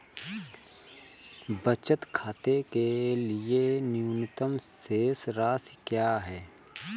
बचत खाते के लिए न्यूनतम शेष राशि क्या है?